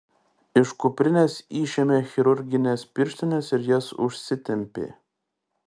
iš kuprinės išėmė chirurgines pirštines ir jas užsitempė